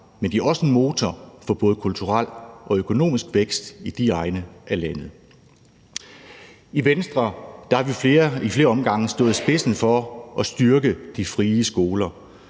men de er også en motor for både kulturel og økonomisk vækst i de egne af landet. I Venstre har vi i flere omgange stået i spidsen for at styrke de frie skoler.